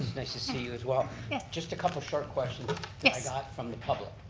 it's nice to see you as well. yes. just a couple short questions. yes. i got from the public.